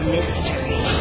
Mystery